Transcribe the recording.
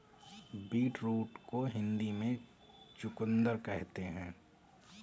beetroot को हिंदी में चुकंदर कहते हैं